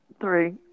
Three